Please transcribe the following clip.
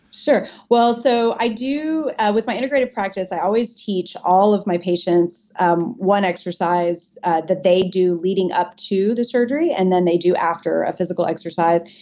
sure. well, so i do with my integrative practice, i always teach all of my patients um one exercise that they do leading up to the surgery and then they do after, a physical exercise.